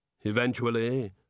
eventually